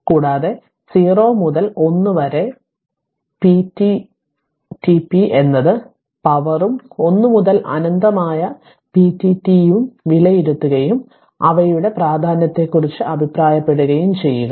കൂടാതെ 0 മുതൽ 1 വരെ പിഡിടിപി എന്നത് പവറും 1 മുതൽ അനന്തമായ പിഡിടിയും വിലയിരുത്തുകയും അവയുടെ പ്രാധാന്യത്തെക്കുറിച്ച് അഭിപ്രായപ്പെടുകയും ചെയ്യുക